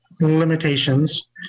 limitations